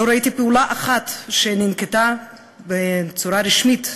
לא ראיתי פעולה אחת שננקטה בצורה רשמית,